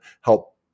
help